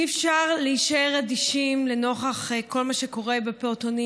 אי-אפשר להישאר אדישים לנוכח כל מה שקורה בפעוטונים